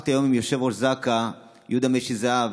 שוחחתי היום עם יושב-ראש זק"א יהודה משי זהב,